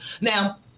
Now